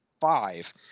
five